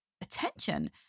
attention